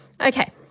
Okay